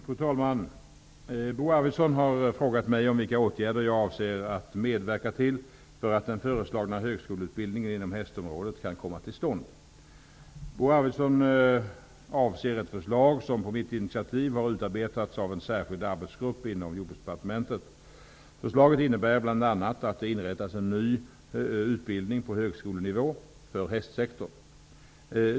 Fru talman! Bo Arvidson har frågat mig om vilka åtgärder jag avser att medverka till för att den föreslagna högskoleutbildningen inom hästområdet kan komma till stånd. Bo Arvidson avser ett förslag som på mitt initiativ har utarbetats av en särskild arbetsgrupp inom att det inrättas en ny utbildning på högskolenivå för hästsektorn.